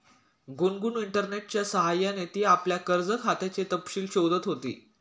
गुनगुन इंटरनेटच्या सह्याने ती आपल्या कर्ज खात्याचे तपशील शोधत होती